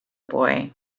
boy